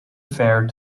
fair